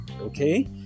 okay